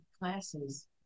classes